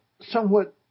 somewhat